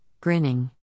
grinning